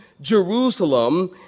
Jerusalem